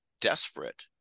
desperate